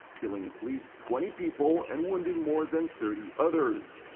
killing at least twenty people and wounding more than thirty others.